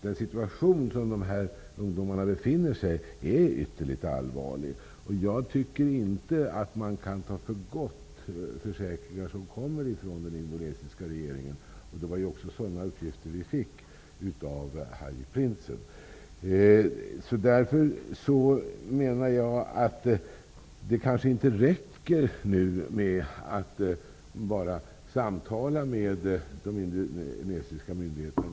Den situation som ungdomarna befinner sig i är ytterligt allvarlig. Jag tycker inte att man kan ta försäkringar som kommer från den indonesiska regeringen för gott. Sådana uppgifter fick vi också av Haji Det kanske inte räcker att bara samtala med de indonesiska myndigheterna.